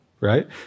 right